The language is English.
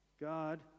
God